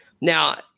Now